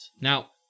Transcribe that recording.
Now